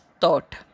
thought